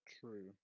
True